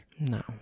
No